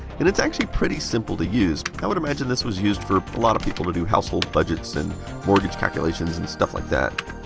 and it's actually pretty simple to use. i would imagine this was used for a lot of people to do household budgets and mortgage calculations and stuff like that.